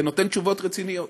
ונותן תשובות רציניות.